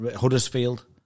Huddersfield